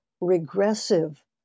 regressive